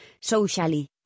socially